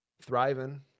thriving